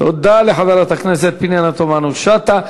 תודה לחברת הכנסת פנינה תמנו-שטה.